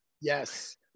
Yes